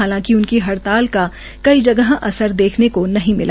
हालांकि उनकी हड़ताल का कई जगह असर देखने को नहीं मिला